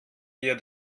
wir